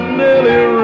nearly